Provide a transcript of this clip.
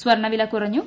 സ്വർണ്ണവില കുറഞ്ഞു